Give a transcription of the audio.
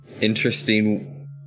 interesting